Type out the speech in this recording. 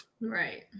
Right